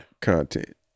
content